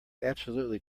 absolutely